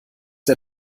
der